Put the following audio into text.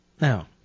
Now